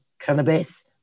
cannabis